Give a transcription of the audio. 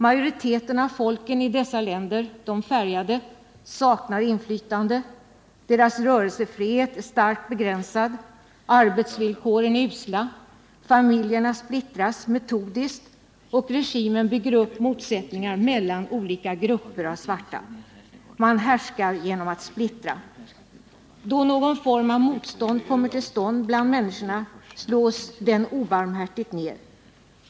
Majoriteten av folken i dessa länder, de färgade, saknar inflytande, deras rörelsefrihet är starkt begränsad, arbetsvillkoren är usla, familjerna splittras metodiskt, och regimen bygger upp motsättningar mellan olika grupper av svarta. Man härskar genom att splittra. Då någon form av motstånd kommer till stånd bland människorna slås det obarmhärtigt ned.